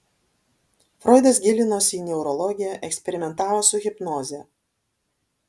froidas gilinosi į neurologiją eksperimentavo su hipnoze